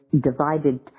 divided